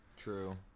True